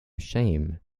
shame